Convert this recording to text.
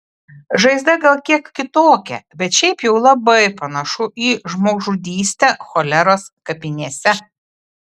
žaizda gal kiek kitokia bet šiaip jau labai panašu į žmogžudystę choleros kapinėse